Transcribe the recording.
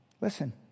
listen